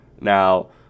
Now